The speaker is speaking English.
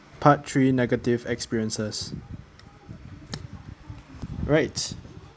part three negative experiences right